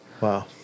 Wow